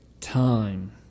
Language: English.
time